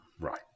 Right